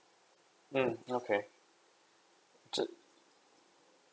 mm okay